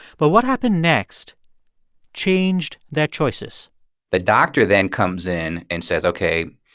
but what happened next changed their choices the doctor then comes in and says, ok,